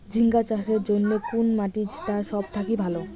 ঝিঙ্গা চাষের জইন্যে কুন মাটি টা সব থাকি ভালো?